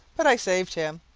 but i saved him.